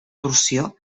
torsió